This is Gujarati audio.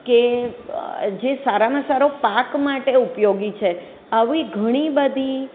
કે જે સારામાં સારો પાક માટે ઉપયોગી છે આવી ઘણી બધી